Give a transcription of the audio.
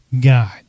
God